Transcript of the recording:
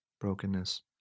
brokenness